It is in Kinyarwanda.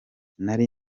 nari